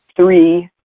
three